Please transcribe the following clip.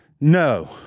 No